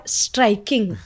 striking